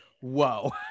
whoa